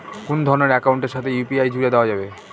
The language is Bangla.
কোন ধরণের অ্যাকাউন্টের সাথে ইউ.পি.আই জুড়ে দেওয়া যাবে?